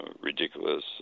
ridiculous